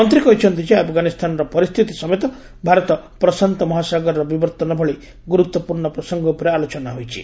ମନ୍ତ୍ରୀ କହିଛନ୍ତି ଯେ ଆଫଗାନିସ୍ତାନର ପରିସ୍ଥିତି ସମେତ ଭାରତ ପ୍ରଶାନ୍ତ ମହାସାଗରର ବିବର୍ତ୍ତନ ଭଳି ଗୁରୁତ୍ୱପୂର୍ଣ୍ଣ ପ୍ରସଙ୍ଗ ଉପରେ ଆଲୋଚନା ହୋଇଛି